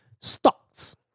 stocks